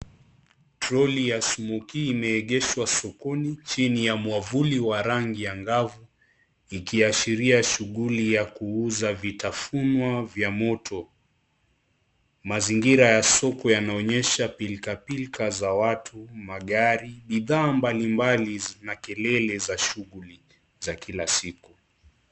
Troli ya smokie imeegeshwa sokoni chini ya mwavuli wa rangi ya ngavu, ikiashiria shughuli ya kuuza vitafunwa vya moto. Mazingira ya soko yanaonyesha pilkapilka za watu, magari bidhaa mbalimbali na kelele za shuguli mbali mbali za kila siku.